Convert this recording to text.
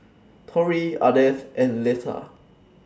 Torry Ardeth and Letha